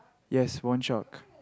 yes one shark